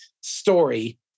story